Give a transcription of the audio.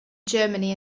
germany